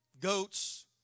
goats